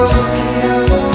Tokyo